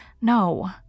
No